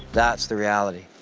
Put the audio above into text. that's the reality.